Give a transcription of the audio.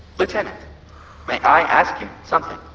lieutenant? may i ask you something?